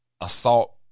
assault